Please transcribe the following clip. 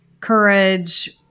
courage